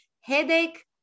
headache